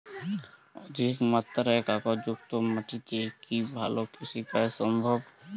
অধিকমাত্রায় কাঁকরযুক্ত মাটিতে কি ভালো কৃষিকাজ সম্ভব?